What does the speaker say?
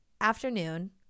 afternoon